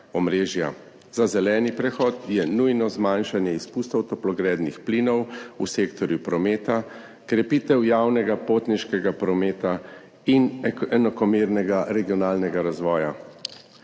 Za zeleni prehod je nujno zmanjšanje izpustov toplogrednih plinov v sektorju prometa, krepitev javnega potniškega prometa in enakomernega regionalnega razvoja.